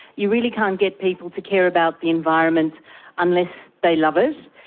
you really can't get people to care about the environment unless they love it.